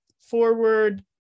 forward